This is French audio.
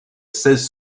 seize